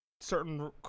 certain